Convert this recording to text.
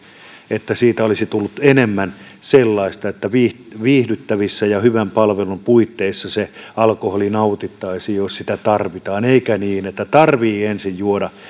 että siitä olisi tullut enemmän sellaista että viihdyttävissä ja hyvän palvelun puitteissa se alkoholi nautittaisiin jos sitä tarvitaan eikä niin että tarvitsee ensin juoda